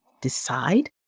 decide